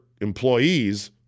employees